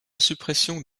suppression